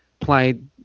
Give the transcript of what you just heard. played